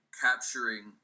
capturing